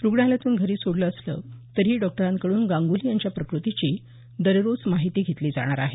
रुग्णालयातून घरी सोडलं असलं तरीही डॉक्टरांकडून गांगुली यांच्या प्रकृतीची दररोज माहिती घेतली जाणार आहे